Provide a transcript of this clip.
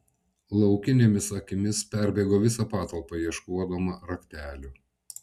laukinėmis akimis perbėgo visą patalpą ieškodama raktelių